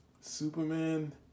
Superman